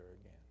again